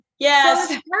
Yes